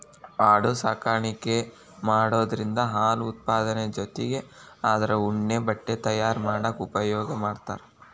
ಆಡು ಸಾಕಾಣಿಕೆ ಮಾಡೋದ್ರಿಂದ ಹಾಲು ಉತ್ಪಾದನೆ ಜೊತಿಗೆ ಅದ್ರ ಉಣ್ಣೆ ಬಟ್ಟೆ ತಯಾರ್ ಮಾಡಾಕ ಉಪಯೋಗ ಮಾಡ್ತಾರ